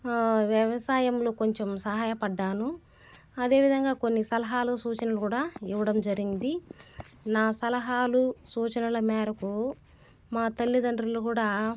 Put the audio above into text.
వ్యవసాయంలో కొంచెం సహాయపడ్డాను అదేవిధంగా కొన్ని సలహాలు సూచనలు కూడా ఇవ్వడం జరిగింది నా సలహాలు సూచనలు మేరకు మా తల్లిదండ్రులు కూడా